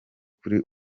kuri